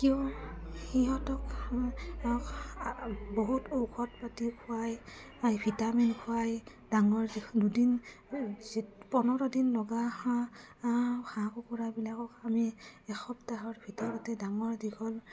কিয় সিহঁতক বহুত ঔষধ পাতি খুৱাই ভিটামিন খুৱাই ডাঙৰ দুদিন পোন্ধৰ দিন লগা হাঁহ হাঁহ কুকুৰাবিলাকক আমি এসপ্তাহৰ ভিতৰতে ডাঙৰ দীঘল